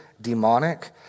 demonic